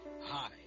Hi